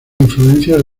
influencias